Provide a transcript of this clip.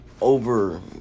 over